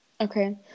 Okay